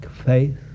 Faith